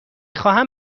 خواهم